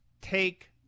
take